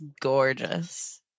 gorgeous